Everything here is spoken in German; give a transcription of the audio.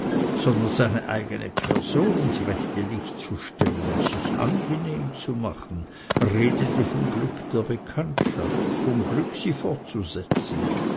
sondern seine eigene person ins rechte licht zu stellen sich angenehm zu machen redete vom glück der bekanntschaft vom glück sie fortzusetzen